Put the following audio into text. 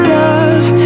love